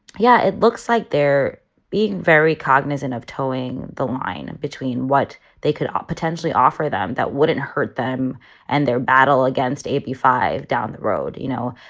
yeah, it looks like they're being very cognizant of toeing the line and between what they could ah potentially offer them that wouldn't hurt them and their battle against hb five down the road, you know,